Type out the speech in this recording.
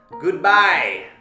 goodbye